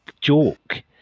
joke